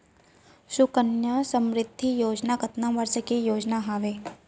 सुकन्या समृद्धि योजना कतना वर्ष के योजना हावे?